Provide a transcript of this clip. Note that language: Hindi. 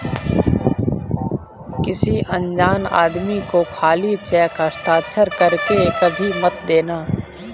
किसी अनजान आदमी को खाली चेक हस्ताक्षर कर के कभी मत देना